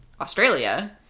Australia